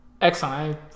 Excellent